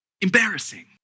embarrassing